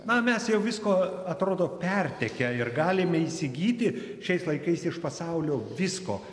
na mes jau visko atrodo pertekę ir galime įsigyti šiais laikais iš pasaulio visko